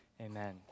Amen